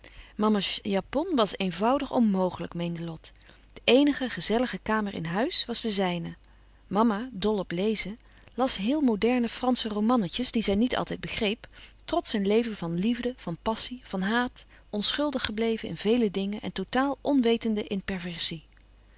mama's japon was eenvoudig onmogelijk meende lot de eenige gezellige kamer in huis was de zijne mama dol op lezen las heel louis couperus van oude menschen de dingen die voorbij gaan moderne fransche romannetjes die zij niet altijd begreep trots een leven van liefde van passie van haat onschuldig gebleven in vele dingen en totaal onwetende in perversie